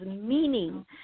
meaning